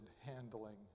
handling